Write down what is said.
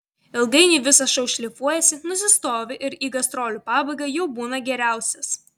ilgainiui visas šou šlifuojasi nusistovi ir į gastrolių pabaigą jau būna geriausias